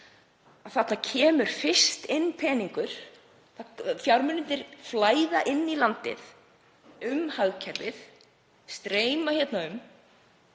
þarna kemur fyrst inn peningur. Fjármunirnir flæða inn í landið, um hagkerfið, streyma hér um